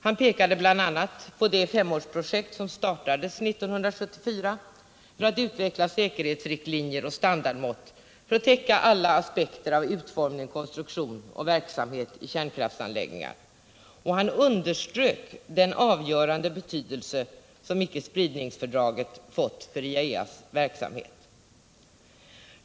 Han pekade bl.a. på det femårsprojekt som startades 1974 för att utveckla säkerhetsriktlinjer och standardmått för att täcka alla aspekter av utformning, konstruktion och verksamhet i kärnkraftsanläggningar, och han underströk den avgörande betydelse som icke-spridningsfördraget fått för IAEA:s verksamhet.